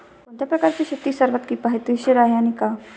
कोणत्या प्रकारची शेती सर्वात किफायतशीर आहे आणि का?